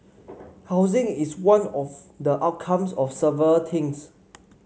housing is one of the outcomes of several things